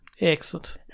Excellent